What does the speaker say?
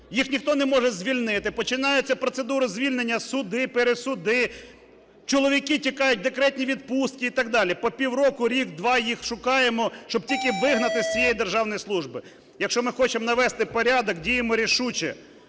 їх ніхто не може звільнити, починається процедура звільнення, суди, пересуди, чоловіки тікають у декретні відпустки і так далі! По півроку, рік-два їх шукаємо, щоб тільки вигнати з цієї державної служби. Якщо ми хочемо навести порядок, діємо рішуче,